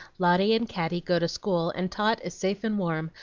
lotty and caddy go to school, and tot is safe and warm,